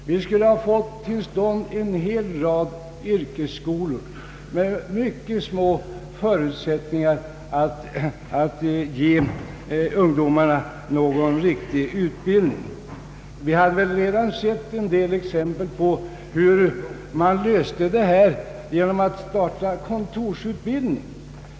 Vi skulle ha fått till stånd en hel rad yrkesskolor med mycket små förutsättningar att ge ungdomarna någon riktig utbildning. Vi hade väl redan sett en del exempel på hur man löste detta problem genom att starta kontorsutbildning.